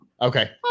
okay